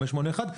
581,